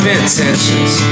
intentions